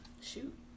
Shoot